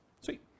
Sweet